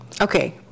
Okay